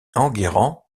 enguerrand